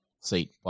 seat